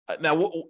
Now